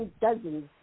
dozens